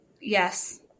Yes